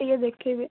ଟିକେ ଦେଖାଇବେ